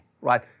right